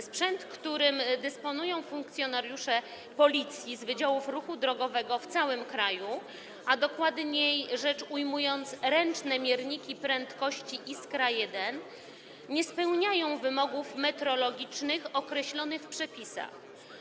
Sprzęt, którym dysponują funkcjonariusze Policji z wydziałów ruchu drogowego w całym kraju, a dokładniej rzecz ujmując, ręczne mierniki prędkości Iskra-1, nie spełnia wymogów metrologicznych określonych w przepisach.